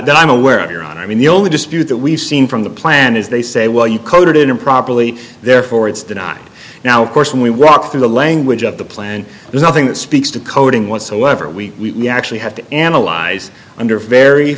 that i'm aware of your honor i mean the only dispute that we've seen from the plan is they say well you coded in improperly therefore it's denied now of course when we walk through the language of the plan there's nothing that speaks to coding whatsoever we actually have to analyze under very